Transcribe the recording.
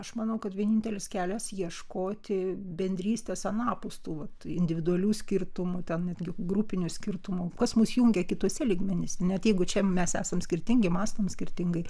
aš manau kad vienintelis kelias ieškoti bendrystės anapus tų individualių skirtumų ten netgi grupinių skirtumų kas mus jungia kituose lygmenyse net jeigu čia mes esam skirtingi mąstom skirtingai